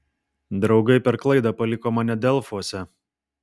draugai per klaidą paliko mane delfuose